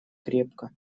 крепко